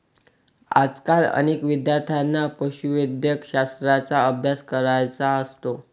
आजकाल अनेक विद्यार्थ्यांना पशुवैद्यकशास्त्राचा अभ्यास करायचा असतो